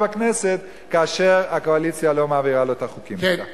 בכנסת כאשר הקואליציה לא מעבירה לו את החוקים שלה.